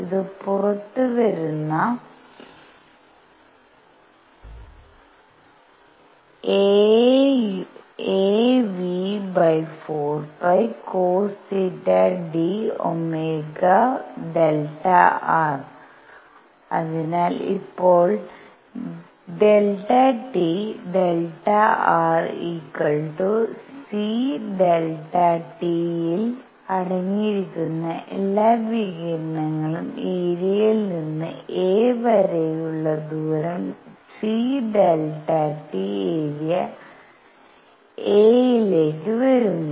ഇത് പുറത്തുവരുന്നു αυ4πcosθ d ΩΔr അതിനാൽ ഇപ്പോൾ Δt Δ rc Δ t യിൽ അടങ്ങിയിരിക്കുന്ന എല്ലാ വികിരണങ്ങളും ഏരിയയിൽ നിന്ന് a വരെയുള്ള ദൂരം c Δt ഏരിയ a യിലേക്ക് വരുന്നു